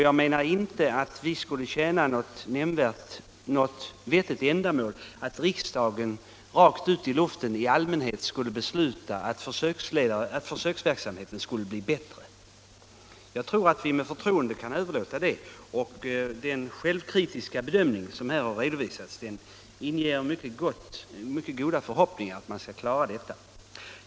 Jag menar att det inte skulle tjäna något vettigt ändamål att riksdagen rakt ut i luften beslutar att försöksverksamheten skall göras bättre. Jag anser att vi med förtroende kan överlåta åt försöksledarna att diskutera hur verksamheten skall kunna förbättras. Den självkritiska bedömning som här har redovisats inger goda förhoppningar om ett bra resultat.